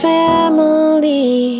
family